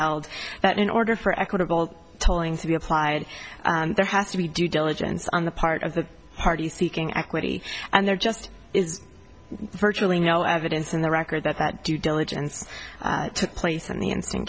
held that in order for equitable tolling to be applied there has to be due diligence on the part of the party seeking equity and there just is virtually no evidence in the record that that due diligence took place in the in